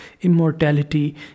immortality